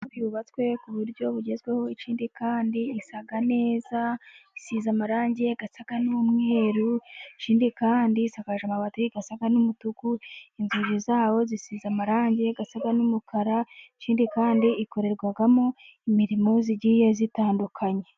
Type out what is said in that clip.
Yubatswe ku buryo bugezweho ikindi kandi isa neza; isize amarangi asa n'umweruru ikindi kandi isakajwe amabati asa n'umutuku. Inzugi zayo zisize amarangi y' asa n'umukara, ikindi kandi ikorerwamo imirimo igiye itandukanye.